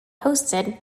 hosted